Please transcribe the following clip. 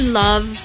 love